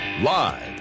Live